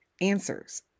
answers